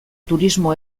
turismo